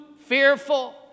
fearful